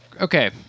Okay